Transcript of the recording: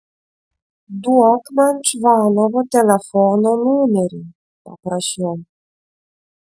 duok man čvanovo telefono numerį paprašiau